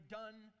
done